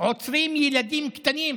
עוצרים ילדים קטנים,